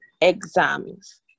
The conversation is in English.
exams